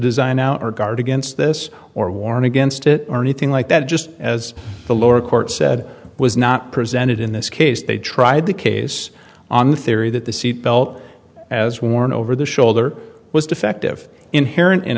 design our guard against this or warn against it or anything like that just as the lower court said was not presented in this case they tried the case on the theory that the seat belt as worn over the shoulder was defective inherent in